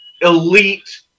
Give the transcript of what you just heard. elite